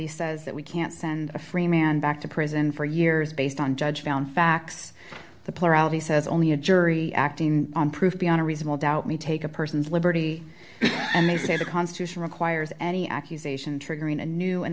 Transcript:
says that we can't send a free man back to prison for years based on judge found facts the plurality says only a jury acting on proof beyond a reasonable doubt me take a person's liberty and they say the constitution requires any accusation triggering a new an